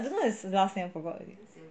I don't know his last name forgot already